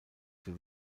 für